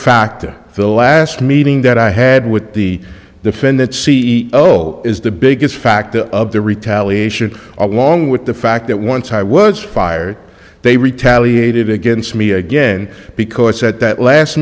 factor the last meeting that i had with the defendant c e o is the biggest factor of the retaliation along with the fact that once i was fired they retaliated against me again because at that last